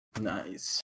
Nice